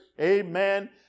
Amen